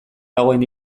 dagoen